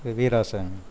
விவேராசன்